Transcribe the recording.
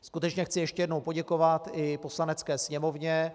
Skutečně chci ještě jednou poděkovat i Poslanecké sněmovně.